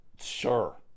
Sure